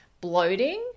bloating